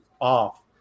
off